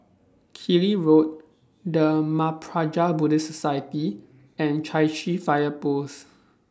Killiney Road The Mahaprajna Buddhist Society and Chai Chee Fire Post